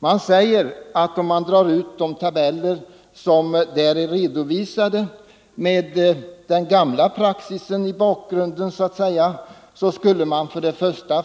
Det framhålls att om man går efter de tabeller som redovisats med den gamla praxisen som basis skulle man komma fram till följande: